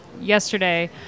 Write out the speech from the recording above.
yesterday